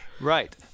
Right